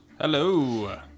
Hello